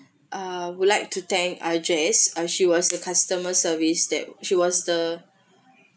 I would like to thank uh jess uh she was the customer service that she was the